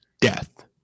death